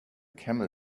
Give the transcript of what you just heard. camel